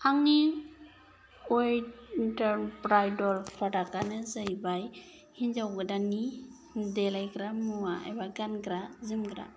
आंनि bridal product आनो जाहैबाय हिनजाव गोदाननि देलायग्रा मुवा एबा गानग्रा जोमग्रा